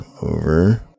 over